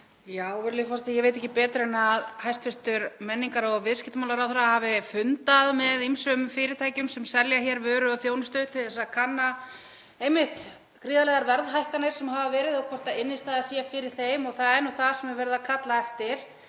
Virðulegur forseti. Ég veit ekki betur en að hæstv. menningar- og viðskiptaráðherra hafi fundað með ýmsum fyrirtækjum sem selja hér vöru og þjónustu til að kanna einmitt gríðarlegar verðhækkanir sem hafa verið og hvort innstæða sé fyrir þeim og það er nú það sem er verið að kalla eftir.